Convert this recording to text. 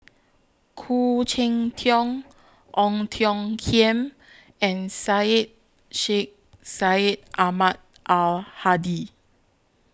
Khoo Cheng Tiong Ong Tiong Khiam and Syed Sheikh Syed Ahmad Al Hadi